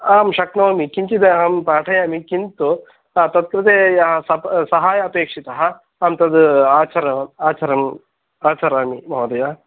आं शक्नोमि किञ्चिदहं पाठयामि किन्तु तत्कृते यः सहायः अपेक्षितः हा तत् आचरं आचर आचरामि महोदय